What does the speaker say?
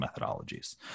methodologies